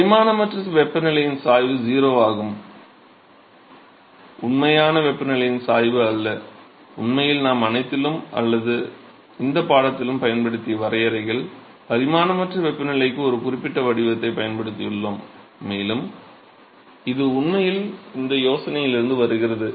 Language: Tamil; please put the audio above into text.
பரிமாணமற்ற வெப்பநிலையின் சாய்வு 0 ஆகும் உண்மையான வெப்பநிலையின் சாய்வு அல்ல உண்மையில் நாம் அனைத்திலும் அல்லது இந்த பாடத்திலும் பயன்படுத்திய வரையறைகள் பரிமாணமற்ற வெப்பநிலைக்கு ஒரு குறிப்பிட்ட வடிவத்தைப் பயன்படுத்தியுள்ளோம் மேலும் இது உண்மையில் இந்த யோசனையிலிருந்து வருகிறது